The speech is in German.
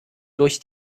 durch